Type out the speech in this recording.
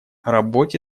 работе